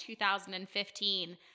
2015